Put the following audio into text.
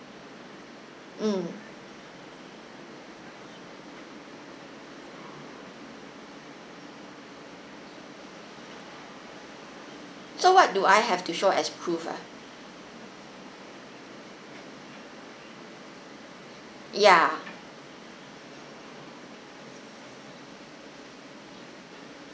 mm so what do I have to show as proof ah ya